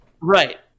Right